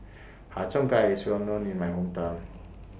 Har Cheong Gai IS Well known in My Hometown